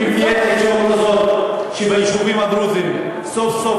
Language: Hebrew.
אם תהיה האפשרות הזאת ביישובים הדרוזיים שסוף-סוף